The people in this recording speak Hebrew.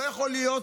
לא יכול להיות